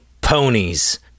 ponies